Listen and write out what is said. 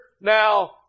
now